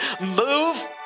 move